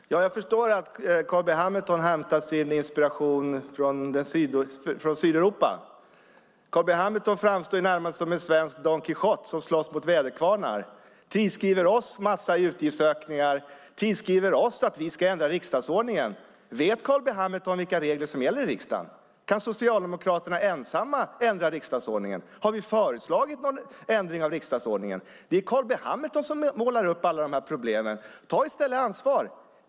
Fru talman! Jag förstår att Carl B Hamilton hämtar sin inspiration från Sydeuropa. Carl B Hamilton framstår närmast som en svensk Don Quijote som slåss mot väderkvarnar. Han tillskriver oss en massa utgiftsökningar och att vi ska ändra riksdagsordningen. Vet Carl B Hamilton vilka regler som gäller i riksdagen? Kan Socialdemokraterna ensamma ändra riksdagsordningen? Har vi föreslagit en ändring av riksdagsordningen? Det är Carl B Hamilton som målar upp alla de problemen. Ta i stället ansvar!